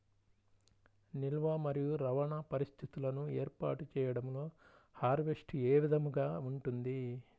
నిల్వ మరియు రవాణా పరిస్థితులను ఏర్పాటు చేయడంలో హార్వెస్ట్ ఏ విధముగా ఉంటుంది?